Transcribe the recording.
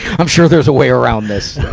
i'm sure there's a way around this.